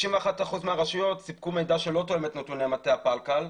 91% מהרשויות ספקו מידע שלא תואם את נתוני מטה הפלקל,